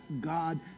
God